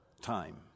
time